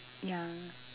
ya